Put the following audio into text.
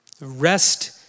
Rest